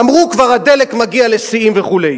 אמרו: כבר הדלק מגיע לשיאים וכו'.